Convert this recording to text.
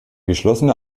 geschlossene